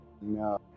No